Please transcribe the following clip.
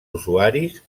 usuaris